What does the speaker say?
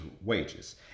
wages